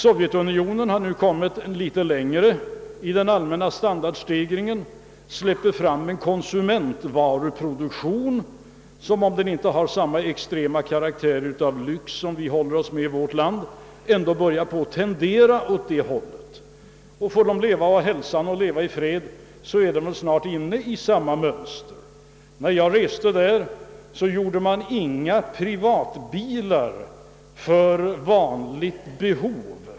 Sovjetunionen har nu kommit litet längre i den allmänna standardstegringen och släpper fram en <konsumentvaruproduktion som, även om den inte har samma karaktär av lyx som den har i vårt land, ändå börjar tendera åt det hållet. Får man leva och ha hälsan och behålla freden är man väl snart inne i samma mönster som vi. När jag reste där gjorde man inga bilar för privat behov.